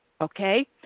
Okay